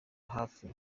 hafi